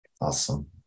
awesome